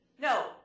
No